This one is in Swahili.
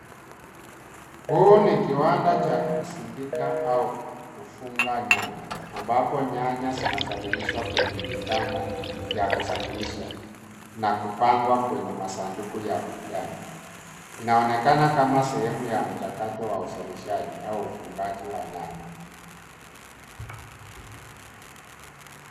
Huu ni kiwanda cha kusindika au kufunga nyanya. Ambapo nyanya zinasafirishwa kwenye mikanda ya kusafirisha, na kupangwa kwenye masanduku ya kijani. Inaonekana kama sehemu ya mchakato wa uzalishaji au ufungaji wa nyanya.